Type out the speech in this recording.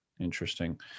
Interesting